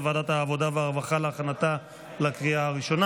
39 בעד, אין מתנגדים ואין נמנעים.